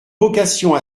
vocation